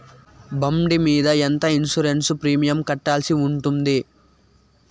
బండి మీద ఎంత ఇన్సూరెన్సు ప్రీమియం కట్టాల్సి ఉంటుంది?